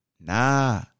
Nah